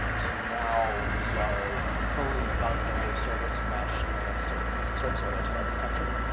to now, we are fully gung-ho service mesh kind of sort of service-oriented architecture.